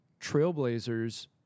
trailblazers